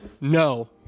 no